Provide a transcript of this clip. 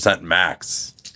max